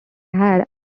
had